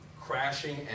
crashing